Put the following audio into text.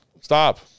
Stop